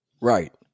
Right